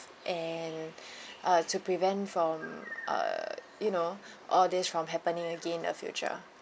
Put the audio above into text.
and uh to prevent from uh you know all this from happening again in the future